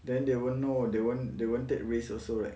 then they won't know they won't they won't take risk also right